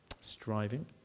striving